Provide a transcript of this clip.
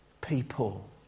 people